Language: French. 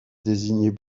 désigner